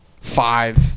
five